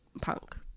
Punk